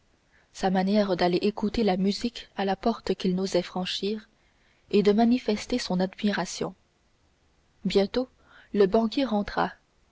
sa manière d'aller écouter la musique à la porte qu'il n'osait franchir et de manifester son admiration bientôt le banquier rentra